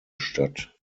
statt